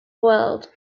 world